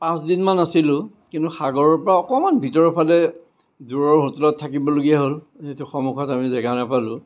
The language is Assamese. পাঁচদিনমান আছিলোঁ কিন্তু সাগৰৰপৰা অকণমান ভিতৰৰফালে দূৰৰ হোটেলত থাকিবলগীয়া হ'ল যিহেতু সন্মুখত আমি জেগা নাপালোঁ